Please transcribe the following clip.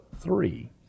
three